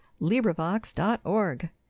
LibriVox.org